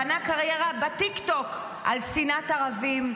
בנה קריירה בטיקטוק על שנאת ערבים,